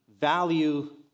value